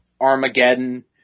Armageddon